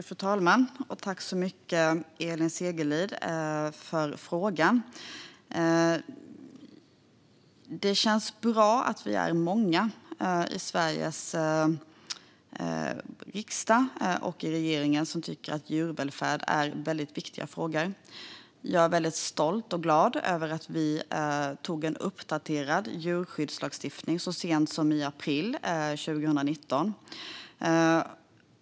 Fru talman! Tack så mycket, Elin Segerlind, för frågan! Det känns bra att vi är många i Sveriges riksdag och regering som tycker att frågor om djurvälfärd är väldigt viktiga. Jag är stolt och glad över att vi antog en uppdaterad djurskyddslagstiftning så sent som i april 2019.